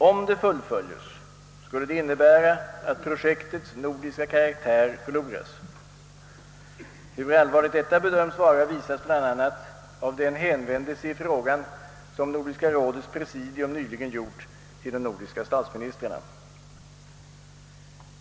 Om det fullföljes skulle det innebära, att projektets nordiska karaktär förloras. Hur allvarligt detta bedöms vara visas bl.a. av den hänvändelse i frågan som Nordiska rådets presidium nyligen gjort till de nordiska statsministrarna.